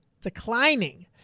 declining